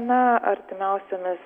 na artimiausiomis